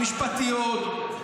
המשפטיות.